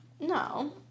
No